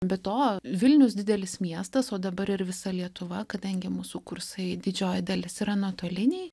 be to vilnius didelis miestas o dabar ir visa lietuva kadangi mūsų kursai didžioji dalis yra nuotoliniai